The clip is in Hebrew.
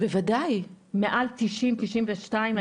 מעל תשעים, תשעים ושתיים?